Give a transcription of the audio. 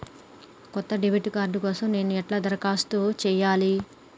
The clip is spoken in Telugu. కొత్త డెబిట్ కార్డ్ కోసం నేను ఎట్లా దరఖాస్తు చేయాలి?